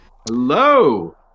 hello